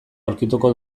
aurkituko